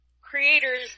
creators